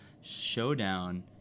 showdown